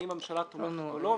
האם הממשלה תומכת או לא,